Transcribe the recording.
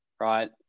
right